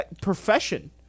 profession